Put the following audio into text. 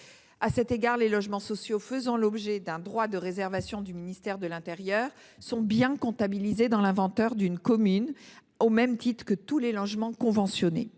À cet égard, les logements sociaux faisant l’objet d’un droit de réservation du ministère de l’intérieur sont bien comptabilisés dans l’inventaire d’une commune, au même titre que tous les logements conventionnés.